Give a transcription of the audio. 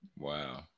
Wow